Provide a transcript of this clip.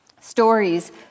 Stories